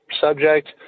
subject